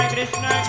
Krishna